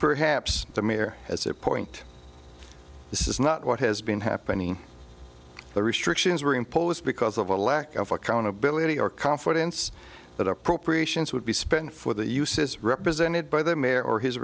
perhaps the mayor as a point this is not what has been happening the restrictions were imposed because of a lack of accountability or confidence that appropriations would be spent for the uses represented by the mayor or his